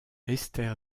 esther